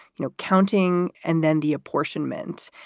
you know, counting and then the apportionment.